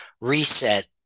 reset